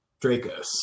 Dracos